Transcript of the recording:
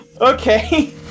Okay